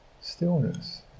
stillness